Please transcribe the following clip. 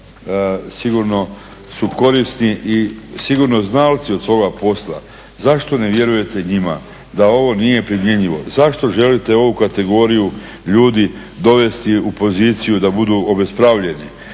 sigurno su korisni i sigurno znalci od svoga posla. Zašto ne vjerujete njima da ovo nije primjenjivo, zašto želite ovu kategoriju ljudi dovesti u poziciju da budu obespravljeni,